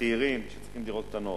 צעירים שצריכים דירות קטנות,